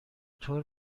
طور